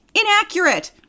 inaccurate